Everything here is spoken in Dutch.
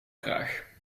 graag